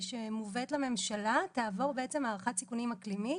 שמובאת לממשלה תעבור בעצם הערכת סיכונים אקלימית,